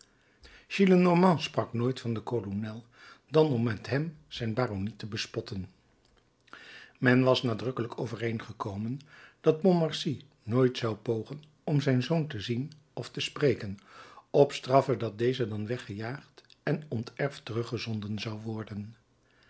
sprak nooit van den kolonel dan om met zijn baronie te spotten men was nadrukkelijk overeengekomen dat pontmercy nooit zou pogen om zijn zoon te zien of te spreken op straffe dat deze dan weggejaagd en onterfd teruggezonden zou worden